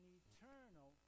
eternal